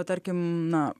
tarkim na